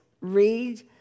read